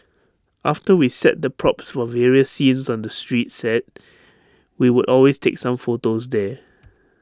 after we set the props for various scenes on the street set we would always take some photos there